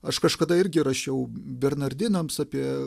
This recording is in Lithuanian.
aš kažkada irgi rašiau bernardinams apie